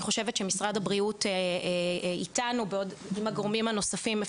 אני חושבת שמשרד הבריאות אתנו והגורמים הנוספים.